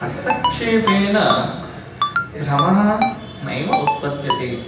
हस्तक्षेपेन भ्रमः नैव उत्पद्यते